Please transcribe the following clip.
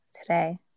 today